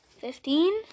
Fifteen